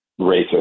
racist